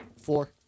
Four